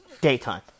daytime